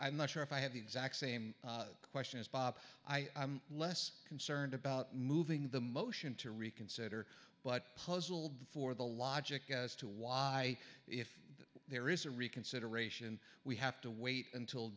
'm not sure if i have the exact same questions pop i'm less concerned about moving the motion to reconsider but puzzled before the logic as to why if there is a reconsideration we have to wait until